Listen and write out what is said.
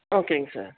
ஓகேங்க சார்